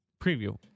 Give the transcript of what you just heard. preview